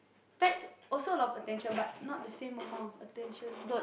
pets also a lot of attention but not the same amount of attention